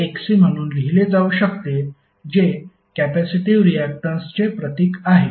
हे Xc म्हणून लिहिले जाऊ शकते जे कॅपेसिटिव रियाक्टन्सचे प्रतीक आहे